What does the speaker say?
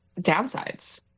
downsides